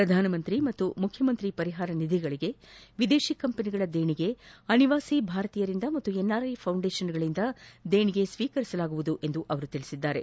ಪ್ರಧಾನಮಂತ್ರಿ ಮತ್ತು ಮುಖ್ಯಮಂತ್ರಿ ಪರಿಹಾರ ನಿಧಿಗಳಿಗೆ ವಿದೇಶಿ ಕಂಪನಿಗಳ ದೇಣಿಗೆ ಅನಿವಾಸಿ ಭಾರತೀಯರಿಂದ ಹಾಗೂ ಎನ್ನಾರ್ಲೆ ಫೌಂಡೇಶನ್ಗಳಿಂದ ದೇಣಿಗೆ ಸ್ವೀಕರಿಸಲಾಗುವುದು ಎಂದು ಅವರು ತಿಳಿಸಿದ್ದಾರೆ